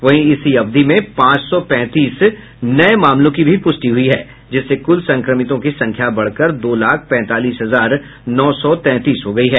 वहीं इसी अवधि में पांच सौ पैंतीस नये मामलों की भी पुष्टि हुई जिससे कुल संक्रमितों की संख्या बढ़कर दो लाख पैंतालीस हजार नौ सौ तैंतीस हो गयी है